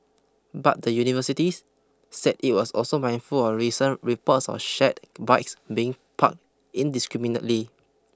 but the university said it was also mindful of recent reports of shared bikes being park indiscriminately